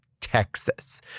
texas